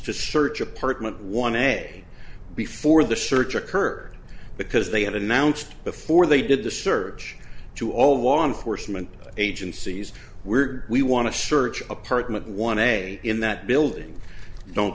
to search apartment one a before the search occurred because they had announced before they did the search to all law enforcement agencies were we want to search apartment one a in that building don't